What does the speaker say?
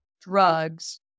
drugs